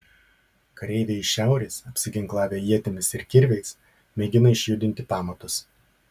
kareiviai iš šiaurės apsiginklavę ietimis ir kirviais mėgina išjudinti pamatus